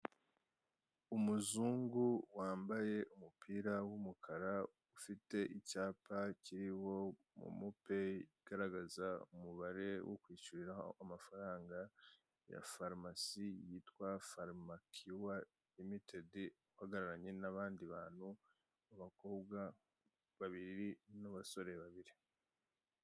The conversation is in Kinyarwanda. Umuzungu wambaye umupira w'umukara ufite icyapa kiriho momo peyi, igaragaza umubare wo kwishyuriraho amafaranga ya farumasi yitwa farumakiwa limitedi. Uhagararanye n'abandi bantu, abakobwa babiri n'abasore babiri.